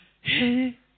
hey